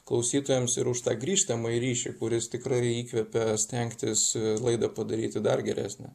klausytojams ir už tą grįžtamąjį ryšį kuris tikrai įkvepia stengtis laidą padaryti dar geresnę